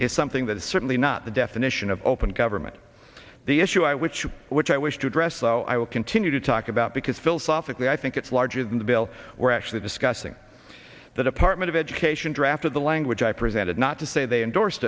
is something that is certainly not the definition of open government the issue i would choose which i wish to address so i will continue to talk about because philosophically i think it's larger than the bill we're actually discussing the department of education drafted the language i presented not to say they endorse